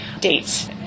dates